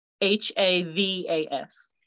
h-a-v-a-s